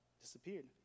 disappeared